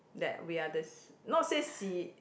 that we are the not say se~